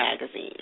magazine